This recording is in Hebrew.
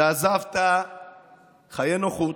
עזבת חיי נוחות,